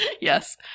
Yes